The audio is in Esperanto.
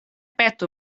petu